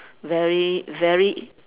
very very